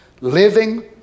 living